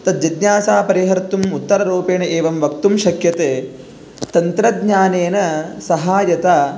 तद् जिज्ञासा परिहर्तुम् उत्तररूपेण एवं वक्तुं शक्यते तन्त्रज्ञानेन सहायता